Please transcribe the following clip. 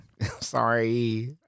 Sorry